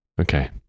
Okay